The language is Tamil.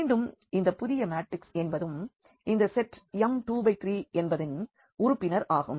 மீண்டும் இந்த புதிய மேட்ரிக்ஸ் என்பதும் இந்த செட் M2×3 என்பதின் உறுப்பினர் ஆகும்